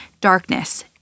Darkness